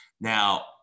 Now